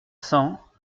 cents